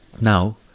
Now